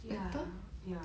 ya ya